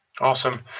Awesome